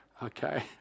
Okay